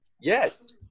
Yes